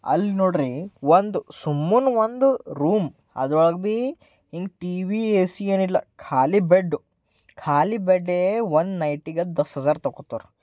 ಅಲ್ಲಿ ನೋಡ್ರೀ ಒಂದು ಸುಮ್ಮನೆ ಒಂದು ರೂಮ್ ಅದ್ರೊಳಗೆ ಭೀ ಹಿಂಗೆ ಟಿ ವಿ ಎ ಸಿ ಏನಿಲ್ಲ ಖಾಲಿ ಬೆಡ್ಡು ಖಾಲಿ ಬೆಡ್ಡೆ ಒಂದು ನೈಟಿಗೆ ದಸ ಹಝರ್ ತೊಗೋತಾರೆ